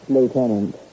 Lieutenant